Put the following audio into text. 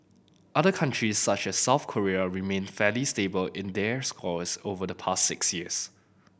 other countries such as South Korea remained fairly stable in their scores over the past six years